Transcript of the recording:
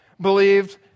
believed